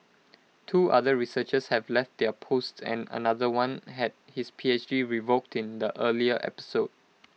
two other researchers have left their posts and another one had his P H D revoked in the earlier episode